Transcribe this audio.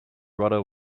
rudder